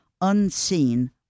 unseen